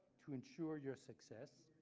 to ensure your success,